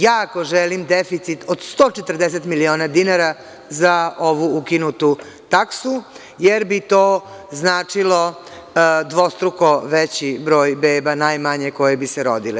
Jako želim deficit od 140 miliona dinara za ovu ukinutu taksu, jer bi to značilo dvostruko veći broj beba najmanje koje bi se rodile.